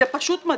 זה פשוט מדהים.